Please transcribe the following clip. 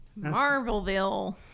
Marvelville